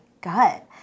gut